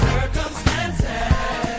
Circumstances